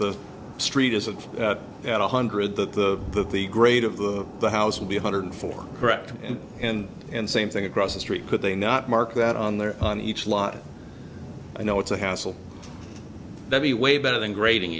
the street isn't that one hundred that the that the grade of the house would be a hundred four correct in and same thing across the street could they not mark that on there on each lot i know it's a hassle that be way better than grading